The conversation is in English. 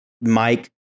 Mike